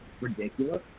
ridiculous